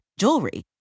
jewelry